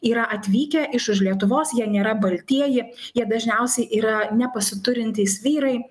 yra atvykę iš už lietuvos jie nėra baltieji jie dažniausiai yra nepasiturintys vyrai